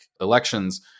elections